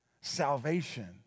Salvation